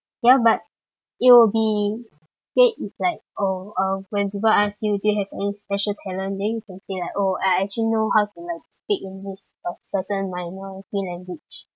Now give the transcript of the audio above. ya but it will be dead if like oh um when people ask you do you have any special talent then you can say like oh I actually know how to like speak in this or certain minority language